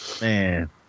man